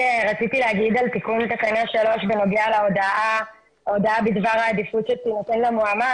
לגבי תיקון תקנה 3 בנוגע להודעה בדבר העדיפות שתינתן למועמד,